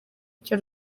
icyo